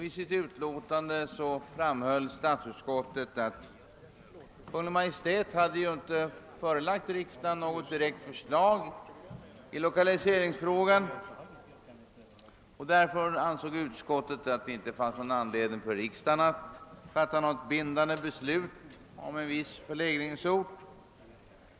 I sitt utlåtande framhöll statsutskottet att Kungl. Maj:t ju inte förelagt riksdagen något direkt förslag i lokaliseringsfrågan, och utskottet ansåg därför att det inte fanns anledning för riksdagen att fatta något bindande beslut om en viss förläggningsort.